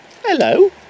Hello